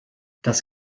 das